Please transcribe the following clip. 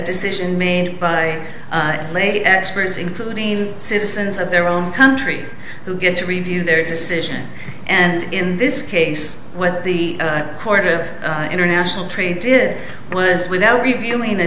decision made by late experts including the citizens of their own country who get to review their decision and in this case what the court of international trade did was without reviewing